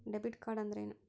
Debit card ಅಂದ್ರೇನು?